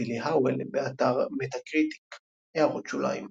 בילי האוול, באתר Metacritic == הערות שוליים ==